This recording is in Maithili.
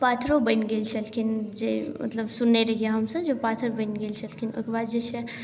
पाथरो बनि गेल छलखिन जे मतलब सुनने रहियै हमसब जे पाथर बनि गेल छलखिन ओकर बाद जे छै